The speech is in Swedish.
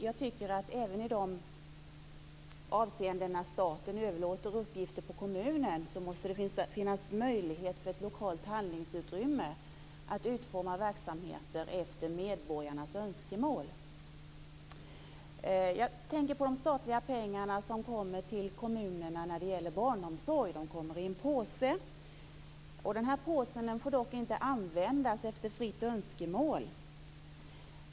Jag tycker att det även i de avseenden som staten överlåter uppgifter på kommunen måste finnas möjlighet för ett lokalt handlingsutrymme när det gäller att utforma verksamheter efter medborgarnas önskemål. Jag tänker på de statliga pengar som kommer till kommunerna när det gäller barnomsorg. De kommer i en påse. Denna påse får dock inte användas efter fritt önskemål.